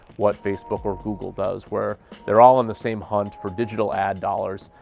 what facebook or google does, where they're all on the same hunt for digital ad dollars.